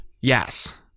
yes